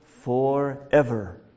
forever